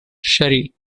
sherry